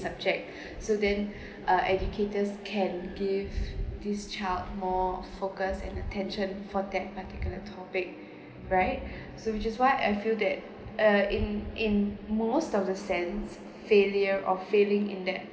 subject so then uh educators can give this child more focus and attention for that particular topic right so which is why I feel that uh in in most of the sense failure or failing in that